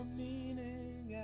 meaning